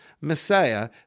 Messiah